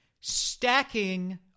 stacking